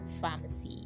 pharmacy